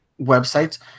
websites